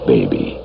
Baby